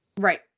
Right